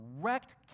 direct